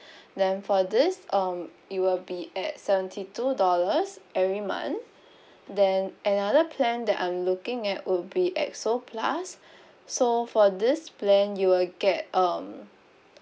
then for this um it will be at seventy two dollars every month then another plan that I'm looking at would be X O plus so for this plan you'll get um